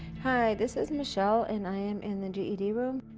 hi, this is michele, and i am in the ged room,